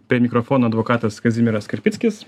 per mikrofoną advokatas kazimieras karpickis